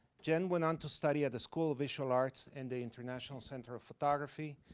jen went on to study at the school of visual arts and the international center of photography.